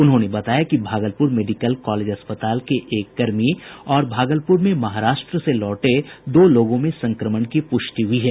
उन्होंने बताया कि भागलपुर मेडिकल कॉलेज अस्पताल के एक कर्मी और भागलपुर में महाराष्ट्र से लौटे दो लोगों में संक्रमण की पुष्टि हुई है